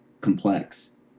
complex